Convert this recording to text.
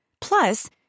Plus